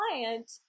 client